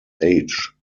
age